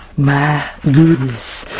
my goodness!